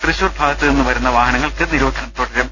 തൃശ്ശൂർ ഭാഗത്തുനിന്ന് വരുന്ന വാഹനങ്ങൾക്ക് നിരോധനം തുടരും